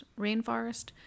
rainforest